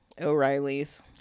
O'Reilly's